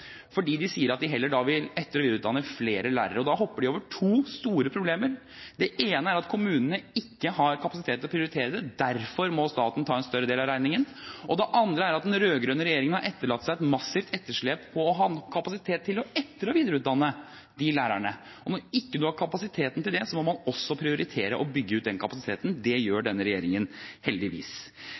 fordi de sier at de da heller vil etter- og videreutdanne flere lærere. Da hopper de over to store problemer. Det ene er at kommunene ikke har kapasitet til å prioritere det. Derfor må staten ta en større del av regningen. Det andre er at den rød-grønne regjeringen har etterlatt seg et massivt etterslep på kapasiteten til å etter- og videreutdanne de lærerne. Når man ikke har den kapasiteten, må man prioritere å bygge den ut. Det gjør denne regjeringen – heldigvis.